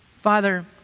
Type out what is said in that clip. Father